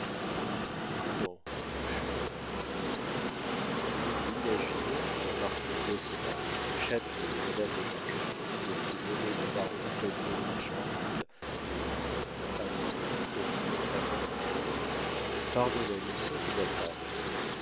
comment mon cher dit des lupeaulx pouvez-vous imaginer que la marquise d'espard châtelet et madame de bargeton qui a fait nommer le baron préfet de la charente et comte afin de rentrer triomphalement à angoulême pardonnent à lucien ses attaques